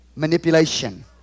Manipulation